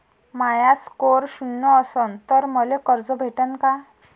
माया score शून्य असन तर मले कर्ज भेटन का?